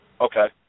Okay